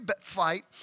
fight